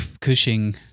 Cushing